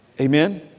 Amen